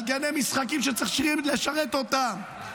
על גני משחקים שצריכים לשרת אותם.